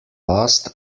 last